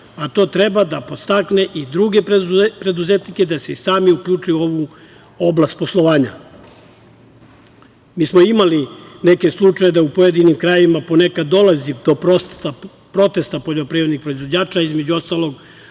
a to treba da podstakne i druge preduzetnike da se i sami uključuju u ovu oblast poslovanja. Mi smo imali neke slučajeve da u pojedinim krajevima ponekad dolazi da protesta poljoprivrednih proizvođača, između ostalog